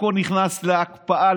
הכול נכנס להקפאה.